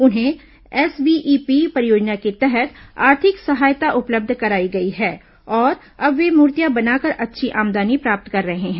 उन्हें एसवीईपी परियोजना के तहत आर्थिक सहायता उपलब्ध कराई गई है और अब वे मूर्तियां बनाकर अच्छी आमदनी प्राप्त कर रहे हैं